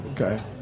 Okay